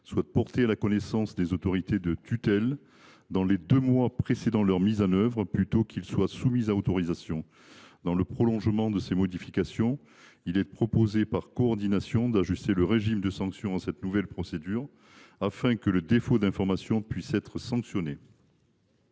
mais portés à la connaissance des autorités tutelle dans les deux mois précédant leur mise en œuvre. Dans le prolongement de ces modifications, nous proposons, par coordination, d’ajuster le régime de sanctions à cette nouvelle procédure, afin que le défaut d’information puisse être sanctionné.